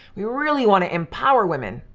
we really wanna empower women.